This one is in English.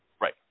Right